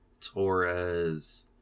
Torres